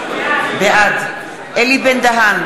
בעד אלי בן-דהן,